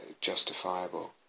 justifiable